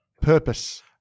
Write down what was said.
purpose